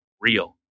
real